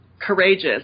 courageous